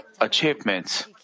achievements